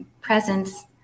presence